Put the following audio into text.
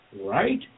right